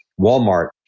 Walmart